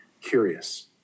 curious